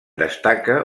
destaca